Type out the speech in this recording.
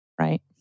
right